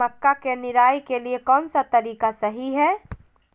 मक्का के निराई के लिए कौन सा तरीका सही है?